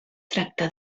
tracta